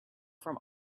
from